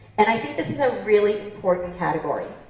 and i think this is a really inportant category.